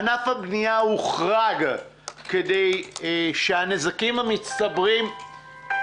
ענף הבנייה הוחרג כדי שהנזקים המצטברים לא